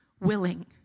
willing